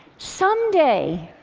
someday,